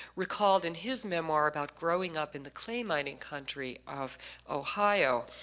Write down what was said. recalled in his memoir about growing up in the clay mining country of ohio.